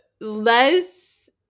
Less